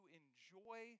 enjoy